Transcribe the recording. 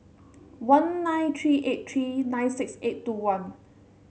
one nine three eight three nine six eight two one